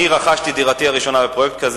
אני רכשתי את דירתי הראשונה בפרויקט כזה,